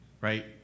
right